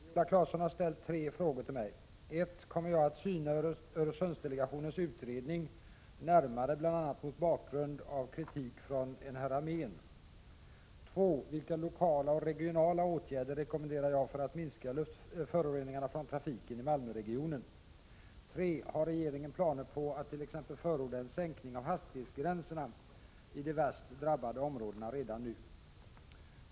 Herr talman! Viola Claesson har ställt tre frågor till mig. 1. Kommer jag att syna Öresundsdelegationens utredning närmare bl.a. mot bakgrund av kritik från en herr Améen? 2. Vilka lokala och regionala åtgärder rekommenderar jag för att minska föroreningarna från trafiken i Malmöregionen? 3. Har regeringen planer på attt.ex. förorda en sänkning av hastighetsgränserna i de värst drabbade områdena redan nu?